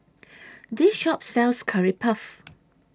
This Shop sells Curry Puff